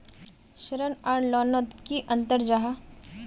ऋण आर लोन नोत की अंतर जाहा?